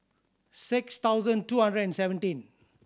six thousand two hundred and seventeen